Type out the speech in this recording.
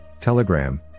Telegram